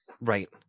right